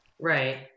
Right